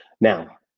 Now